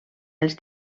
els